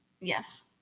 yes